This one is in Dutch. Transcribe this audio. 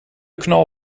knal